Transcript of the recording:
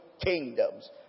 kingdoms